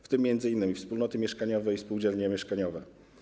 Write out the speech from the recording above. Chodzi m.in. o wspólnoty mieszkaniowe i spółdzielnie mieszkaniowe.